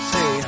Say